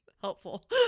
Helpful